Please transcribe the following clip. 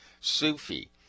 Sufi